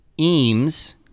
Eames